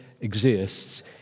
exists